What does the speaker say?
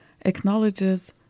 acknowledges